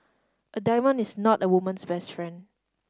a diamond is not a woman's best friend